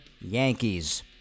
Yankees